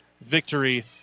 victory